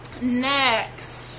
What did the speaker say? next